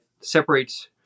separates